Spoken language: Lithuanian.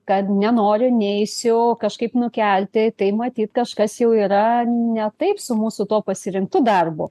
kad nenoriu neisiu o kažkaip nukelti tai matyt kažkas jau yra ne taip su mūsų tuo pasirinktu darbu